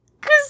cause